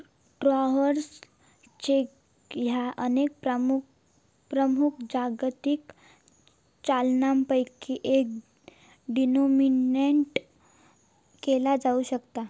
travellers cheque ह्या अनेक प्रमुख जागतिक चलनांपैकी एकात डिनोमिनेटेड केला जाऊ शकता